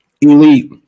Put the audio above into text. Elite